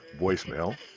voicemail